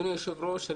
אדוני היושב ראש,